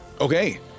Okay